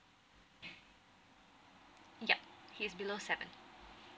yup he's below seven